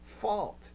fault